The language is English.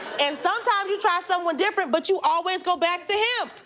and sometimes you try someone different, but you always go back to him.